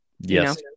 Yes